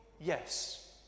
Yes